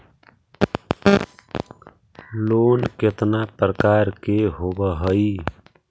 Loan केतना प्रकार के होव हइ?